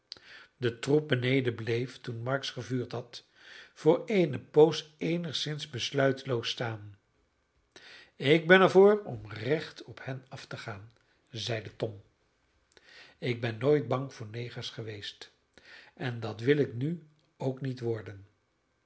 de troep beneden bleef toen marks gevuurd had voor eene poos eenigszins besluiteloos staan ik ben er voor om recht op hen af te gaan zeide tom ik ben nooit bang voor negers geweest en dat wil ik nu ook niet worden